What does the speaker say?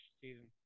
season